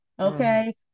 okay